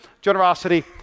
generosity